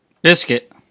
Biscuit